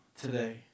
today